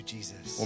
Jesus